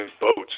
boats